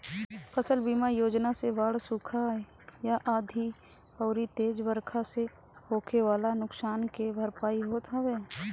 फसल बीमा योजना से बाढ़, सुखा, आंधी अउरी तेज बरखा से होखे वाला नुकसान के भरपाई होत हवे